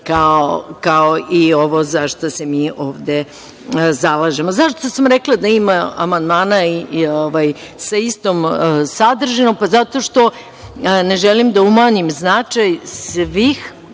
kao i ovo za šta se mi ovde zalažemo.Zašto sam rekla da ima amandmana sa istom sadržinom? Zato što ne želim da umanjim značaj svih